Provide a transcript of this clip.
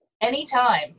anytime